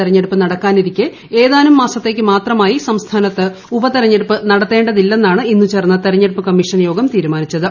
തെരഞ്ഞെടുപ്പ് നടക്കാനിരിക്കെ ഏതാനും നിയമസഭാ മാസത്തേക്കു മാത്രമായി സംസ്ഥാനത്ത് ഉപതെരഞ്ഞെടുപ്പ് നടത്തേണ്ടതില്ലെന്നാണ് ഇന്നു ചേർന്ന തെരഞ്ഞെടുപ്പ് കമ്മിഷൻ യോഗം തീരുമാനിച്ചത്